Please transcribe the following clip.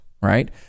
right